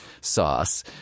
sauce